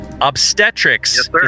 Obstetrics